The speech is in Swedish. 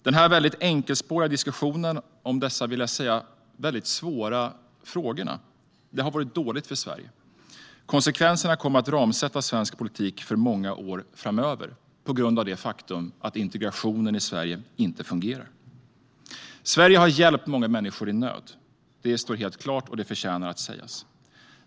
Denna väldigt enkelspåriga diskussion om dessa svåra frågor har varit dålig för Sverige. Konsekvenserna kommer att ramsätta svensk politik för många år framöver på grund av det faktum att integrationen i Sverige inte fungerar. Sverige har hjälpt många människor i nöd; det står helt klart och förtjänar att sägas.